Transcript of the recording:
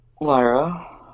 Lyra